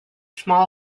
small